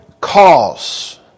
cause